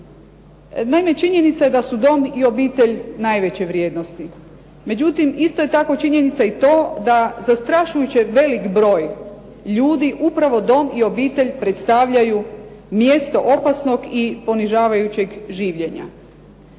Naime, činjenica je da su dom i obitelj najveće vrijednosti, međutim isto je tako činjenica i to da zastrašujuće velik broj ljudi upravo dom i obitelj predstavljaju mjesto opasnog i ponižavajućeg življenja.